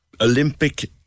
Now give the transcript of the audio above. Olympic